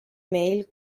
mail